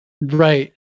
Right